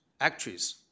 actress